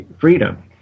freedom